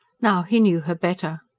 now, he knew her better.